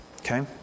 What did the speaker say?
Okay